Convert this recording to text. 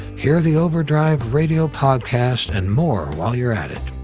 hear the overdrive radio podcast, and more while you're at it.